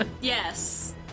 Yes